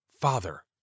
Father